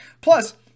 Plus